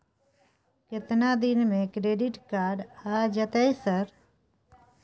केतना दिन में क्रेडिट कार्ड आ जेतै सर?